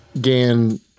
Gan